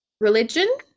Religion